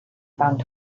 found